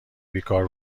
بیکار